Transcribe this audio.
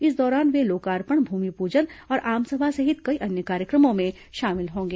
इस दौरान वे लोकार्पण भूमिपूजन और आमसभा सहित कई अन्य कार्यक्रमों में शामिल होंगे